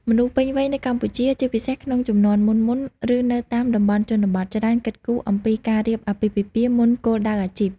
មនុស្សពេញវ័យនៅកម្ពុជា ជាពិសេសក្នុងជំនាន់មុនៗ ឬនៅតាមតំបន់ជនបទ ច្រើនគិតគូរអំពីការរៀបអាពាហ៍ពិពាហ៍មុនគោលដៅអាជីព។